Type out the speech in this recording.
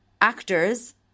actors